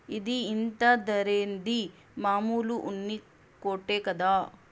ఇది ఇంత ధరేంది, మామూలు ఉన్ని కోటే కదా